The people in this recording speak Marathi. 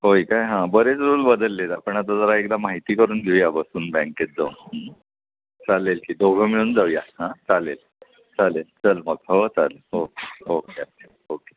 होय काय हां बरेच रूल बदलले आहेत आपण आता जरा एकदा माहिती करून घेऊया बसून बँकेत जाऊन चालेल की दोघं मिळून जाऊया हां चालेल चालेल चल मग हो चालेल ओके ओके ओके